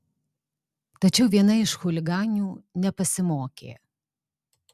tačiau viena iš chuliganių nepasimokė